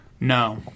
No